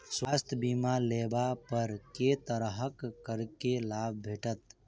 स्वास्थ्य बीमा लेबा पर केँ तरहक करके लाभ भेटत?